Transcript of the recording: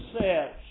says